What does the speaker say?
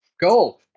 Go